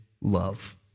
love